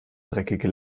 dreckige